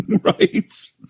Right